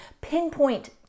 pinpoint